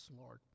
Lord